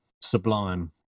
sublime